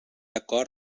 acord